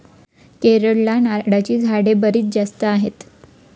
केरळला नारळाची झाडे बरीच जास्त आहेत